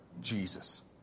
Jesus